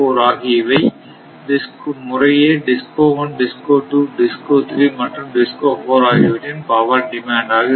ஆகியவை முறையே DISCO 1 DISCO 2 DISCO 3 மற்றும் DISCO 4 ஆகியவற்றின் பவர் டிமாண்ட் ஆக இருக்கும்